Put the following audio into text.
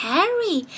Harry